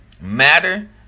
Matter